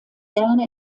gerne